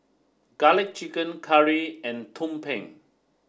Garlic Chicken Curry and Tumpeng